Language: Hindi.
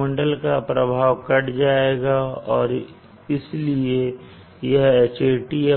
वायुमंडल का प्रभाव कट जाएगा और इसलिए यह Hat Ha